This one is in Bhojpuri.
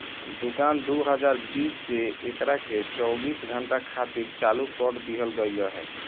दुकान दू हज़ार बीस से एकरा के चौबीस घंटा खातिर चालू कर दीहल गईल रहे